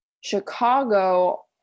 Chicago